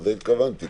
לזה התכוונתי.